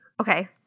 Okay